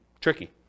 tricky